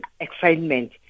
excitement